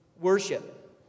worship